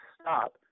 stop